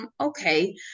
okay